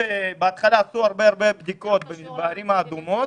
בהתחלה עשו הרבה-הרבה בדיקות בערים האדומות,